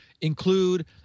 include